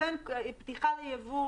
לכן פתיחה ליבוא,